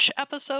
episode